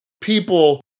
people